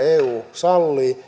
sallii